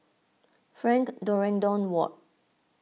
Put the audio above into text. Frank Dorrington Ward